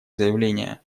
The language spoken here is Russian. заявление